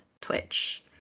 Twitch